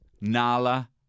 Nala